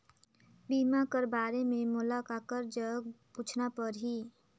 बीमा कर बारे मे मोला ककर जग पूछना परही?